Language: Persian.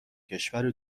کشور